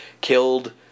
killed